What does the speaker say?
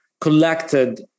collected